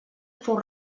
fou